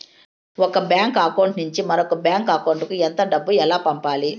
ఒక bank account నుంచి మరొక బ్యాంకు అకౌంట్ కు ఎంత డబ్బు ఎలా పంపాలి